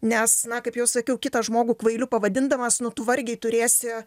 nes na kaip jau sakiau kitą žmogų kvailiu pavadindamas nu tu vargiai turėsi